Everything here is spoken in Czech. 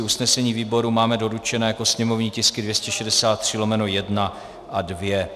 Usnesení výborů máme doručena jako sněmovní tisky 263/1 a 2.